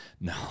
No